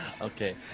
Okay